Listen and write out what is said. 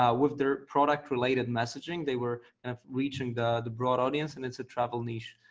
ah with their product related messaging. they were reaching the the broad audience and it's a travel niche,